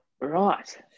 Right